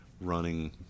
running